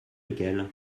lequel